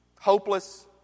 hopeless